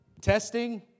Testing